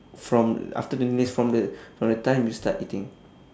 from after twenty minutes from the from the time you start eating